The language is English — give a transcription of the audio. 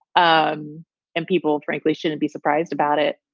um and people, frankly, shouldn't be surprised about it.